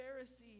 Pharisee